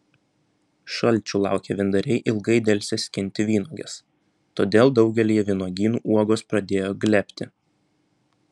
šalčių laukę vyndariai ilgai delsė skinti vynuoges todėl daugelyje vynuogynų uogos pradėjo glebti